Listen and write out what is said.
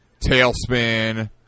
Tailspin